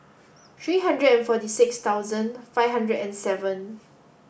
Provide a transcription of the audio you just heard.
three hundred and forty six thousand five hundred and seven